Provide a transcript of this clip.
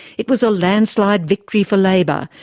it was a landslide victory for labour.